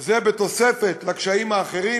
וזה בתוספת לקשיים האחרים,